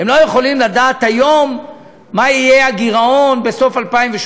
הם לא יכולים לדעת היום מה יהיה הגירעון בסוף 2018,